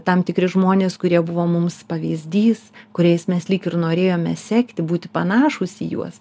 tam tikri žmonės kurie buvo mums pavyzdys kuriais mes lyg ir norėjome sekti būti panašūs į juos